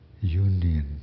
union